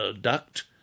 duct